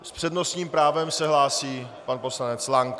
S přednostním právem se hlásí pan poslanec Lank.